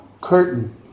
curtain